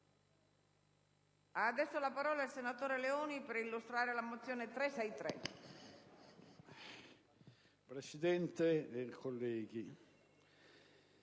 Presidente, colleghi,